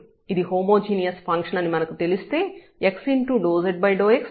ఇది homogeneous function అని మనకు తెలిస్తే x∂z∂xy∂z∂y విలువ nz అవుతుంది